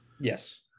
yes